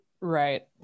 Right